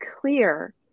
clear